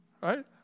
Right